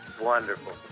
Wonderful